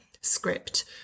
script